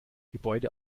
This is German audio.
gebäude